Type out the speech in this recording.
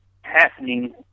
happening